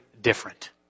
different